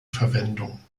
verwendung